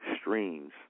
streams